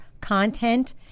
content